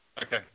Okay